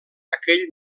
aquell